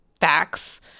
facts